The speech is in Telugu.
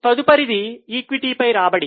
తదుపరిది ఈక్విటీపై రాబడి